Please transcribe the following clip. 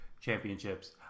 championships